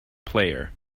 player